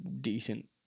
decent –